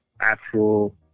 actual